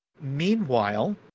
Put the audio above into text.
Meanwhile